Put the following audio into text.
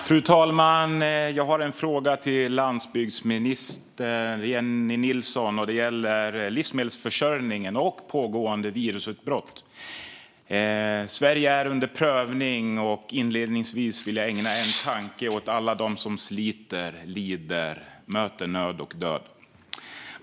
Fru talman! Jag har en fråga till landsbygdsminister Jennie Nilsson. Den gäller livsmedelsförsörjningen och det pågående virusutbrottet. Sverige är under prövning, och inledningsvis vill jag ägna en tanke åt alla som sliter, lider och möter nöd och död.